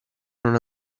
non